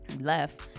left